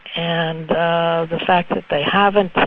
and the fact that they haven't, ah